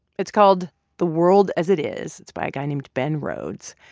it's called the world as it is. it's by a guy named ben rhodes.